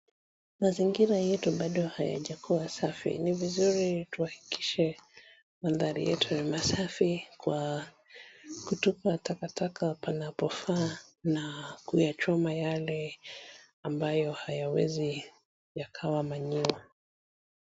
Mazingira yetu bado hayajakuwa safi. Ni vizuri tuhakikishe mandhari yetu ni masafi kwa kutupa takataka panapofaa na kutupa yale yasiyokuwa manure .